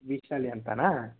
ವೀಕ್ಷಾಲಿ ಅಂತನಾ